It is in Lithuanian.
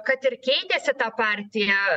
kad ir keitėsi ta partija